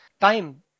time